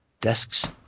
Desks